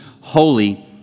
holy